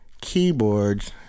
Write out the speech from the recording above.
keyboards